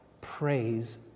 praise